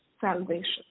salvation